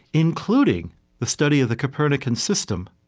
including the study of the copernican system,